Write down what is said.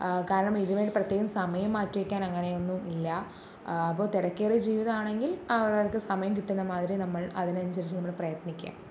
കാരണം ഇതിനു വേണ്ടി പ്രത്യേകം സമയം മാറ്റിവെക്കാൻ അങ്ങനെയൊന്നും ഇല്ല അപ്പോൾ തിരക്കേറിയ ജീവിതമാണെങ്കിൽ അവരവർക്ക് സമയം കിട്ടുന്ന മാതിരി നമ്മൾ അതിനനുസരിച്ചു നമ്മൾ പ്രയത്നിക്കുക